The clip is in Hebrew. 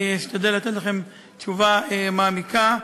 אני אשתדל לתת לכם תשובה מעמיקה.